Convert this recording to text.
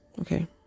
Okay